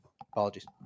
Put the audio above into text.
Apologies